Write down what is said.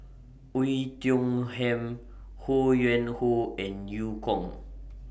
Oei Tiong Ham Ho Yuen Hoe and EU Kong